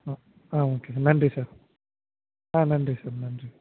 ம் ஆ ஓகே நன்றி சார் ஆ நன்றி சார் நன்றி